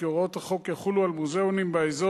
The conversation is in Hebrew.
כי הוראות חוק זה יחולו על מוזיאונים באזור,